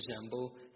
resemble